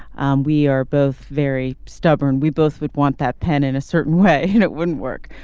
and we are both very stubborn. we both would want that pen in a certain way and it wouldn't work.